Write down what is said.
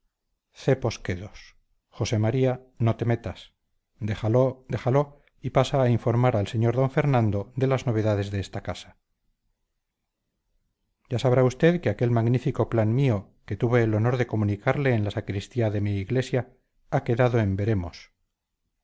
oficiosidad impertinente cepos quedos josé maría no te metas déjalo déjalo y pasa a informar al sr d fernando de las novedades de esta casa ya sabrá usted que aquel magnífico plan mío que tuve el honor de comunicarle en la sacristía de mi iglesia ha quedado en veremos